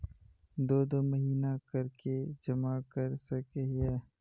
दो दो महीना कर के जमा कर सके हिये?